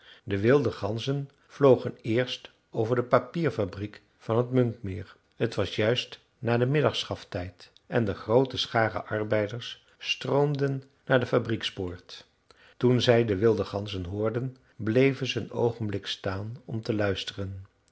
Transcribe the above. de wilde ganzen vlogen eerst over de papierfabriek van t munkmeer t was juist na den middagschafttijd en de groote scharen arbeiders stroomden naar de fabriekspoort toen zij de wilde ganzen hoorden bleven ze een oogenblik staan om te luisteren